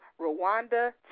Rwanda